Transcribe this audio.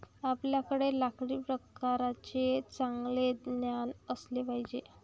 आपल्याकडे लाकडी प्रकारांचे चांगले ज्ञान असले पाहिजे